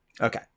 Okay